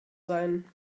sein